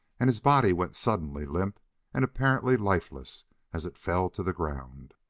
and his body went suddenly limp and apparently lifeless as it fell to the ground.